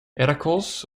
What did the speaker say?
heracles